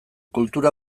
kultura